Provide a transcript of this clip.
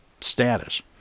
status